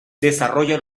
desarrolla